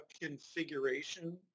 configuration